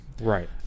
Right